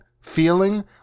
feeling